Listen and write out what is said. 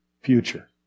future